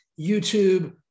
YouTube